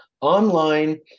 online